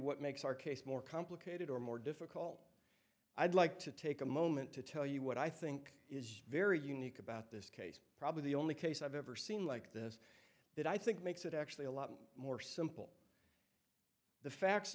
what makes our case more complicated or more difficult i'd like to take a moment to tell you what i think is very unique about this case probably the only case i've ever seen like this that i think makes it actually a lot more simple the facts